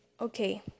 Okay